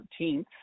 13th